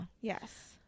Yes